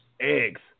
Eggs